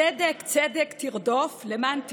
"צדק צדק תרדֹּף למען תחיה",